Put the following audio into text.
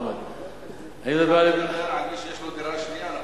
אתה מדבר על דירה שנייה.